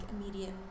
immediate